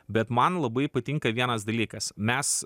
bet man labai patinka vienas dalykas mes